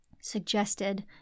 suggested